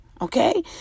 okay